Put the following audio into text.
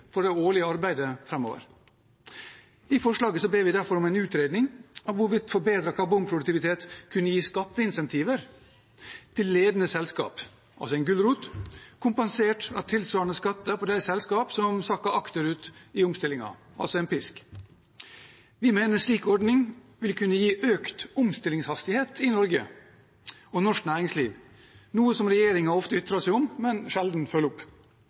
for det årlige arbeidet framover. I forslaget ber vi derfor om en utredning av hvorvidt forbedret karbonproduktivitet kan gi skatteinsentiver til ledende selskaper, altså en gulrot, kompensert av tilsvarende skatter for de selskapene som sakker akterut i omstillingen, altså en pisk. Vi mener en slik ordning vil kunne gi økt omstillingshastighet i Norge og norsk næringsliv, noe regjeringen ofte ytrer seg om, men sjelden følger opp.